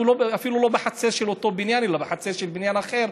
זה אפילו לא בחצר של אותו בניין אלא בחצר של בניין אחר.